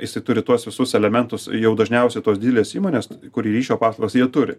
jisai turi tuos visus elementus jau dažniausia tos didelės įmonės kur ryšio paslaugos jie turi